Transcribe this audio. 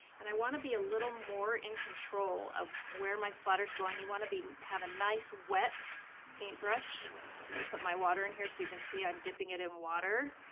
and i want to be a little more in control of where my splatter is going. you want to be have a nice, wet paintbrush. let me put my water in here so you can see i'm dipping it in water.